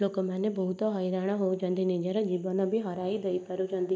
ଲୋକମାନେ ବହୁତ ହଇରାଣ ହଉଛନ୍ତି ନିଜର ଜୀବନ ବି ହରାଇ ଦେଇପାରୁଛନ୍ତି